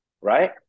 right